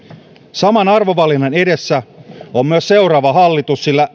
saman arvovalinnan edessä on myös seuraava hallitus sillä